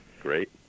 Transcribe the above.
Great